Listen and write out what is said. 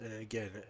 again